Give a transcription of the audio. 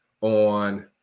on